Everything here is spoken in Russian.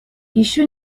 еще